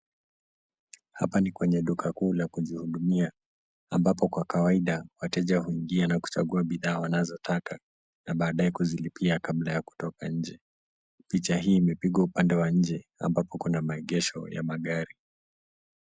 Hapa ni kwenye duka kuu la kujihudumia ambapo kwa kawaida wateja huingia na kuchagua bidhaa wanazotaka na baadaye kuzilipia kabla ya kutoka nje. Picha hii imepigwa upande wa nje ambapo kuna maegesho ya magari.